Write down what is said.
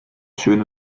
schöne